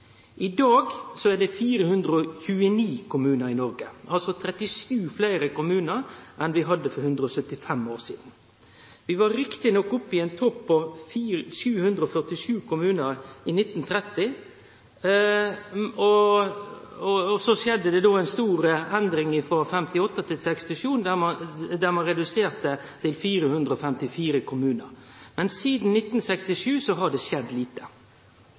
enn vi hadde for 175 år sidan. Vi var riktig nok oppe i ein topp på 747 kommunar i 1930, og så skjedde det ei stor endring frå 1958 til 1967, då ein reduserte talet til 454 kommunar. Men sidan 1967 har det skjedd lite.